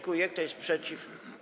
Kto jest przeciw?